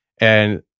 And-